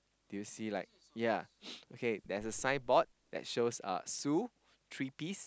do you see like ya okay there's a signboard that shows uh Sue three piece